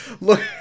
look